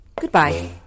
Goodbye